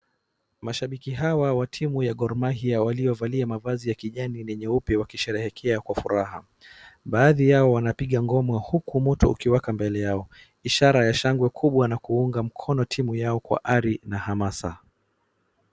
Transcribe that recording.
Mashabiki hawa wa timu ya Gor Mahia waliovalia mavazi ya kijani na nyeupe wakisherehekea kwa furaha. Baadhi yao wanapiga ngoma huku moto ukiwaka mbele yao, ishara ya shangwe kubwa na kuunga mkono timu yao kwa ari na hamasa.